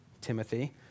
Timothy